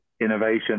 innovation